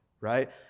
right